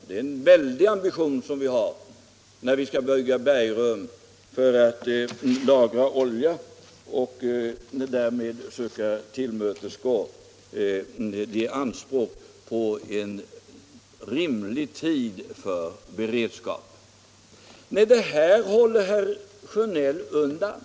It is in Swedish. Det är en mycket stor ambition som vi har och som innebär att vi skall bygga bergrum för att lagra olja och därmed söka tillmötesgå anspråken på beredskap för en rimlig tid. Men detta ställer herr Sjönell åt sidan.